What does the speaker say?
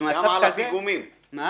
גם